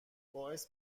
باعث